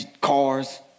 cars